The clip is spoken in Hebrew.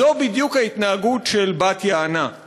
זו בדיוק ההתנהגות של בת-יענה,